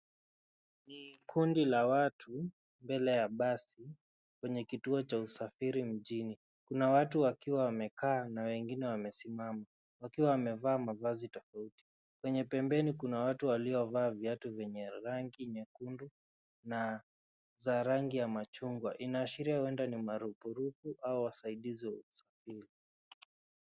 Ni kundi la watu mbele ya basi kwenye kituo cha usafiri mjini. Kuna watu wakiwa wamekaa na wengine wamesimama wakiwa wamevaa mavazi tofauti. Kwenye pembeni, kuna watu waliovaa mavazi yenye rangi nyekundu na za rangi ya machungwa. Inaashiria labda ni marupurupu au wasaidizi wa usafiri.